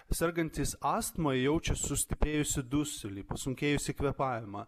sergantys astma jaučia sustiprėjusį dusulį pasunkėjusį kvėpavimą